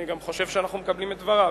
אני גם חושב שאנחנו מקבלים את דבריו.